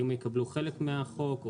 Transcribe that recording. האם יקבלו חלק מהחוק?